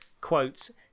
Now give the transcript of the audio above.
quotes